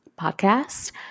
podcast